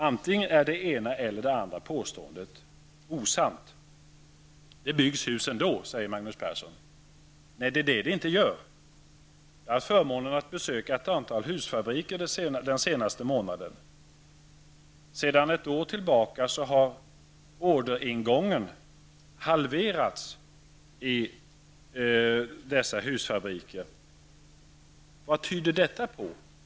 Antingen är det ena eller det andra påståendet osannt. Det byggs hus ändå, säger Magnus Persson. Nej, det gör det inte. Jag har haft förmånen att besöka ett antal husfabriker den senaste månaden. Sedan ett år tillbaka har orderingången halverats för dessa husfabriker. Vad tyder detta på?